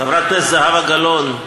חברת הכנסת זהבה גלאון,